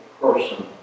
person